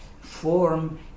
form